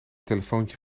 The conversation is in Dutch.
telefoontje